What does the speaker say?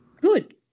good